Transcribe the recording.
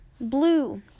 Blue